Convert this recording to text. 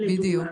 לדוגמה,